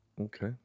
Okay